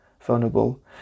vulnerable